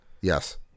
Yes